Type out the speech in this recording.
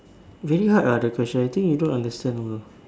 very hard ah the question I think you don't understand over